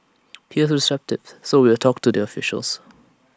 he was receptive so we will talk to their officials